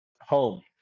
home